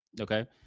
Okay